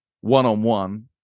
one-on-one